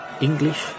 English